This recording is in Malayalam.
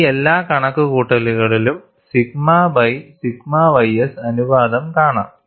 ഈ എല്ലാ കണക്കുകൂട്ടലുകളിലും സിഗ്മ ബൈ സിഗ്മ ys അനുപാതം കാണാം